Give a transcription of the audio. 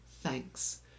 Thanks